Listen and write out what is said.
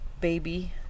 baby